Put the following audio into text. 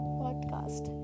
podcast